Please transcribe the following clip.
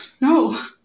No